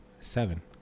seven